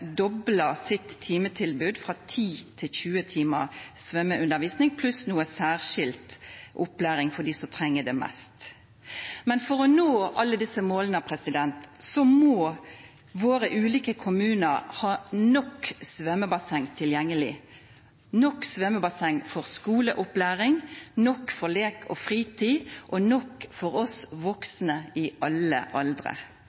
sitt timetilbud fra 10 til 20 timer svømmeundervisning pluss noe særskilt opplæring for dem som trenger det mest. Men for å nå alle disse målene må våre ulike kommuner ha nok svømmebasseng tilgjengelig, nok svømmebasseng for skoleopplæring, nok for lek og fritid og nok for oss